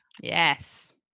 yes